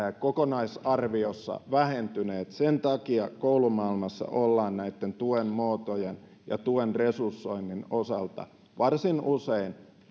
kokonaisarviossa vähentyneet sen takia koulumaailmassa ollaan tuen muotojen ja tuen resursoinnin osalta varsin usein